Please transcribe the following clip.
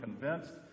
convinced